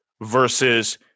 versus